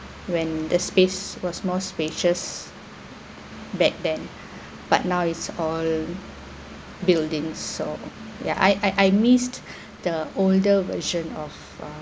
when the space was more spacious back then but now it's all buildings so yeah I I I missed the older version of uh